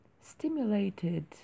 stimulated